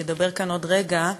שידבר כאן עוד רגע,